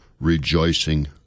rejoicing